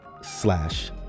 Slash